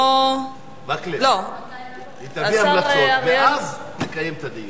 מקלב, היא תביא המלצות ואז נקיים את הדיון.